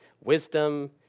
wisdom